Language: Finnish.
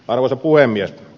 arvoisa puhemies